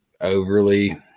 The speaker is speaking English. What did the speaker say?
overly